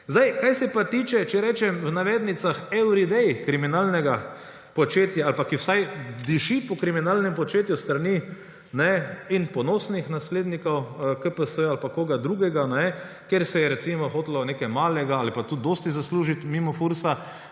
Kar se pa tiče, če rečem v navednicah, everyday kriminalnega početja ali pa takšnega, ki vsaj diši po kriminalnem početju, s strani ponosnih naslednikov KPS ali pa koga drugega, kjer se je hotelo nekaj malega ali pa tudi dosti zaslužiti mimo FURS,